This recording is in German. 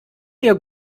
der